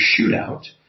Shootout